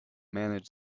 manage